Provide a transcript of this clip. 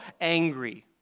Angry